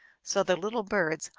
so the little birds,